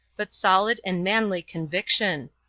but solid and manly conviction.